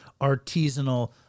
artisanal